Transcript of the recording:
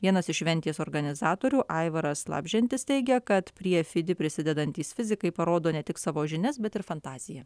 vienas iš šventės organizatorių aivaras labžentis teigia kad prie fidi prisidedantys fizikai parodo ne tik savo žinias bet ir fantaziją